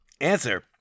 answer